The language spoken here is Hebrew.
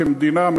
כמדינה,